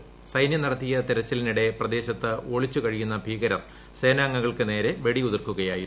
ക്രിക്ക്സന്യം നടത്തിയ തിരച്ചിലിനിടെ പ്രദേശത്ത് ഒളിച്ചു ക്ഴിയുന്ന ഭീകരർ സേനാംഗങ്ങൾക്കു നേരെ വെടിയുതിർക്കുകയായിരുന്നു